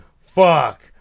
Fuck